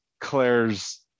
Claire's